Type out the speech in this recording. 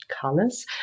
colors